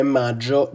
maggio